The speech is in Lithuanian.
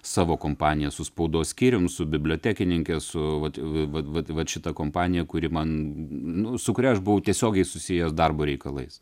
savo kompanija su spaudos skyrium su bibliotekininke su vat vat vat vat šita kompanija kuri man nu su kuria aš buvau tiesiogiai susijęs darbo reikalais